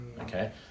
Okay